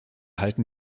halten